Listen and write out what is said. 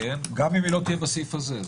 גם אם היא לא תהיה בסעיף הזה,